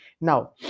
Now